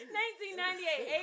1998